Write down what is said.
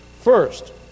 first